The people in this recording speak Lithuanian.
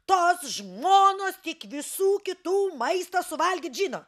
tos žmonos tik visų kitų maistą suvalgyt žino